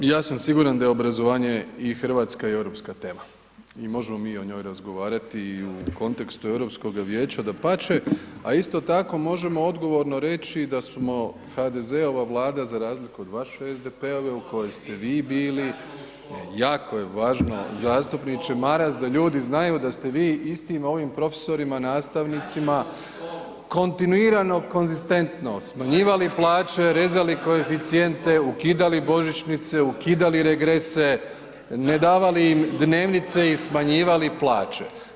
Pa ja sam siguran da je obrazovanje i hrvatska i europska tema i možemo mi i o njoj razgovarati i u kontekstu Europskoga vijeća, a isto tako možemo odgovorno reći da smo HDZ-ova Vlada za razliku od vaše SDP-ove u kojoj ste vi bili, jako je važno zastupniče Maras da ljudi znaju da ste vi istim ovim profesorima, nastavnicima, kontinuirano, konzistentno smanjivali plaće, rezali koeficijente, ukidali božićnice, ukidali regrese, ne davali im dnevnice i smanjivali plaće.